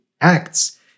acts